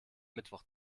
mittwoch